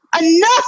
enough